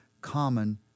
common